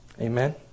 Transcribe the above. Amen